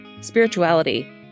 spirituality